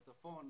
בצפון,